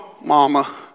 mama